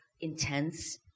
intense